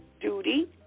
duty